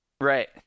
Right